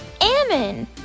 Ammon